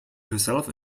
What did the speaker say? herself